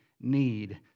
need